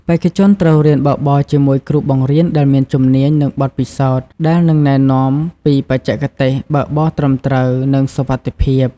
បេក្ខជនត្រូវរៀនបើកបរជាមួយគ្រូបង្រៀនដែលមានជំនាញ និងបទពិសោធន៍ ដែលនឹងណែនាំពីបច្ចេកទេសបើកបរត្រឹមត្រូវ និងសុវត្ថិភាព។